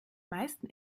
meisten